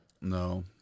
No